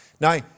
Now